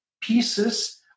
pieces